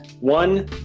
One